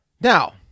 now